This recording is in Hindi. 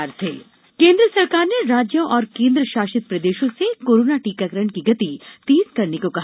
टीकाकरण केन्द्र सरकार ने राज्यों और केन्द्रशासित प्रदेशों से कोरोना टीकाकरण की गति तेज करने को कहा